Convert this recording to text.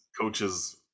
coaches